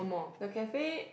the cafe